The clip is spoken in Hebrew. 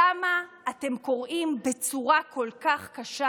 למה אתם קורעים בצורה כל כך קשה